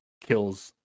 kills